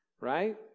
right